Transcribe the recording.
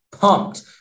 pumped